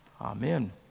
Amen